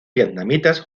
vietnamitas